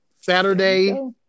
Saturday